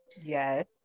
Yes